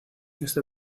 este